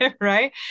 right